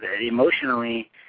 emotionally